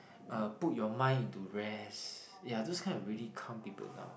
uh put your mind into rest yeah those kind will really calm people down